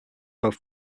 both